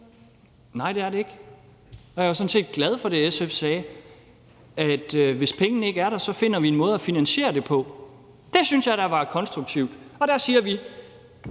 Nej, det er det ikke. Jeg er sådan set glad for det, SF sagde: Hvis pengene ikke er der, finder vi en måde at finansiere det på. Det synes jeg da er konstruktivt. Der siger vi,